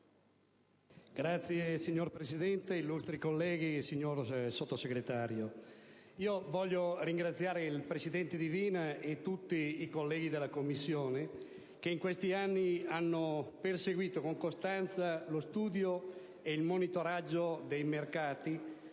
Sud)*. Signor Presidente, illustri colleghi, signor Sottosegretario, voglio ringraziare il presidente Divina e tutti i colleghi della Commissione controllo prezzi, che in questi anni hanno perseguito con costanza lo studio e il monitoraggio dei mercati,